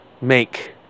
make